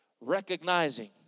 recognizing